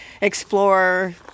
explore